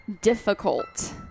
difficult